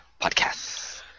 podcast